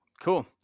Cool